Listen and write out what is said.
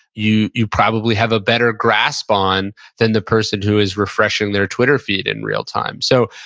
you you probably have a better grasp on, than the person who is refreshing their twitter feed in real time. so,